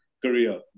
Korea